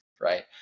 right